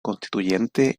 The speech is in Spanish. constituyente